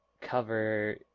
cover